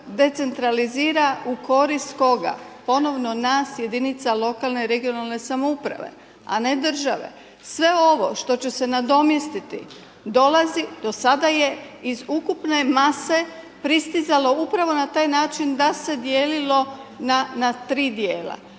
u korist koga? Ponovno nas jedinica lokalne i regionalne samouprave, a ne države. Sve ovo što će se nadomjestiti dolazi, do sada je iz ukupne mase pristizalo upravo na taj način da se dijelilo na tri dijela.